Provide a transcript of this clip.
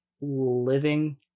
living